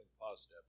positive